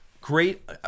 great